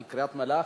על קריית-מלאכי.